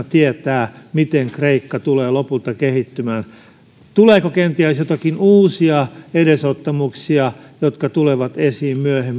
tietää miten kreikka tulee lopulta kehittymään seuraavien kolmenkymmenen vuoden aikana ja tuleeko kenties jotakin uusia edesottamuksia jotka tulevat esiin myöhemmin